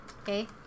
Okay